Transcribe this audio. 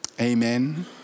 Amen